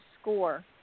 SCORE